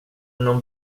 nån